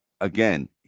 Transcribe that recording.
Again